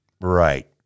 right